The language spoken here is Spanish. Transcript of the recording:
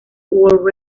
world